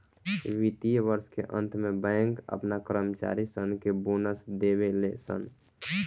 वित्तीय वर्ष के अंत में बैंक अपना कर्मचारी सन के बोनस देवे ले सन